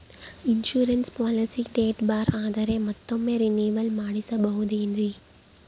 Insurance policy date ಬಾರ್ ಆದರೆ ಮತ್ತೊಮ್ಮೆ ರಿನಿವಲ್ ಮಾಡಿಸಬಹುದೇ ಏನ್ರಿ?